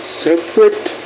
separate